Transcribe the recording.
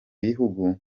bihugu